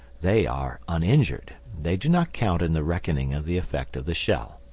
they are uninjured they do not count in the reckoning of the effect of the shell.